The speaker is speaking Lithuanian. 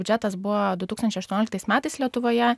biudžetas buvo du tūkstančiai aštuonioliktais metais lietuvoje